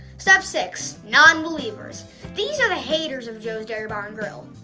step six non-believers these are the haters of joe's dairy bar and grill.